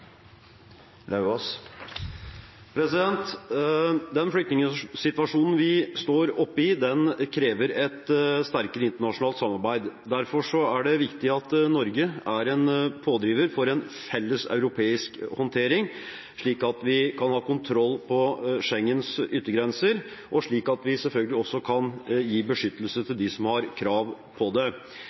Den flyktningsituasjonen vi står oppe i, krever et sterkere internasjonalt samarbeid. Derfor er det viktig at Norge er en pådriver for en felles europeisk håndtering, slik at vi kan ha kontroll på Schengens yttergrenser, og slik at vi selvfølgelig også kan gi beskyttelse til dem som har krav på det.